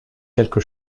quelque